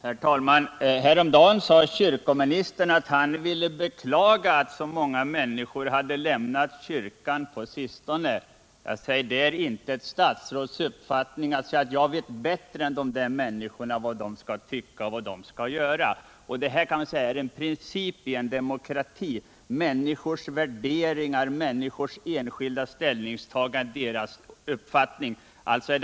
Herr talman! Häromdagen sade kyrkoministern att han beklagade att så många människor hade lämnat kyrkan på sistone. Det är inte ett statsråds uppgift att säga: Jag vet bättre än de där människorna vad de skall tycka och göra. Det här är en princip i en demokrati. Människors värderingar, enskilda ställningstaganden och uppfattningar skall de få ha.